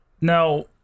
Now